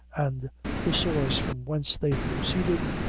and the source from whence they proceeded,